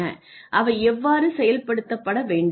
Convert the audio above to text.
அவை எவ்வாறு செயல்படுத்தப்பட வேண்டும்